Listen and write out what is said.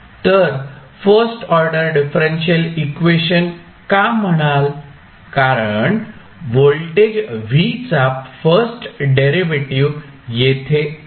तर first order differential equation का म्हणाल कारण व्होल्टेज V चा फर्स्ट डेरिव्हेटिव्ह येथे आहे